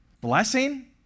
Blessing